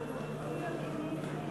אז למה,